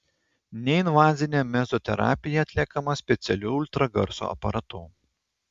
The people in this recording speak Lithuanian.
neinvazinė mezoterapija atliekama specialiu ultragarso aparatu